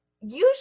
usually